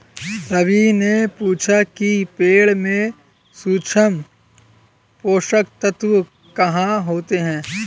रवि ने पूछा कि पेड़ में सूक्ष्म पोषक तत्व कहाँ होते हैं?